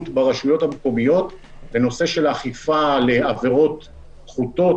ברשויות המקומיות בנושא של אכיפה לעבירות פחותות,